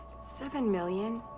seven million.